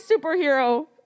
superhero